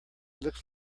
looks